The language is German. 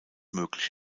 möglich